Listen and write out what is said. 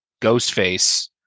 Ghostface